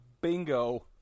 Bingo